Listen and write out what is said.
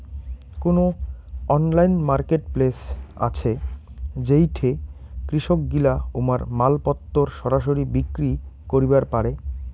কুনো online marketplace আছে যেইঠে কৃষকগিলা উমার মালপত্তর সরাসরি বিক্রি করিবার পারে?